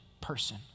person